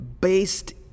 based